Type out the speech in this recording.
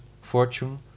fortune